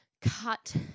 cut